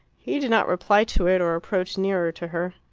he did not reply to it or approach nearer to her.